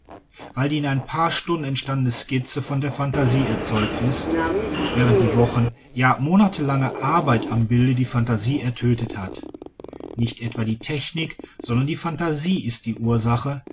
weil die in ein paar stunden entstandene skizze von der phantasie erzeugt ist während die wochen ja monatelange arbeit am bilde die phantasie ertötet hat nicht etwa die technik sondern die phantasie ist die ursache